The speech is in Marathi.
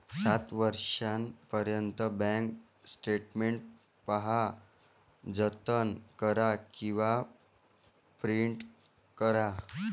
सात वर्षांपर्यंत बँक स्टेटमेंट पहा, जतन करा किंवा प्रिंट करा